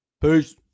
Peace